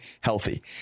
healthy